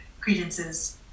credences